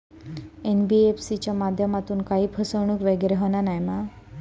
NBFC च्या माध्यमातून काही फसवणूक वगैरे होना नाय मा?